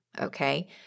Okay